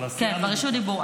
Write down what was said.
אבל הסיעה מגישה את זה.